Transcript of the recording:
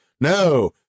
no